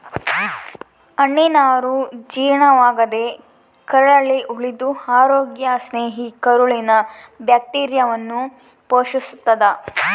ಹಣ್ಣಿನನಾರು ಜೀರ್ಣವಾಗದೇ ಕರಳಲ್ಲಿ ಉಳಿದು ಅರೋಗ್ಯ ಸ್ನೇಹಿ ಕರುಳಿನ ಬ್ಯಾಕ್ಟೀರಿಯಾವನ್ನು ಪೋಶಿಸ್ತಾದ